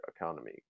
economy